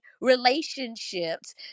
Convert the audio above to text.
relationships